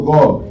God